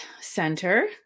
center